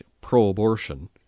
pro-abortion